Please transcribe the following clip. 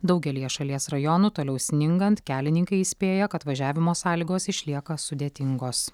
daugelyje šalies rajonų toliau sningant kelininkai įspėja kad važiavimo sąlygos išlieka sudėtingos